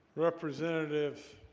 representative